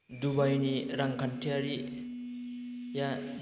डुबाइनि रांखान्थियारिया